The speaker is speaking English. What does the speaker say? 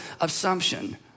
assumption